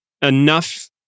enough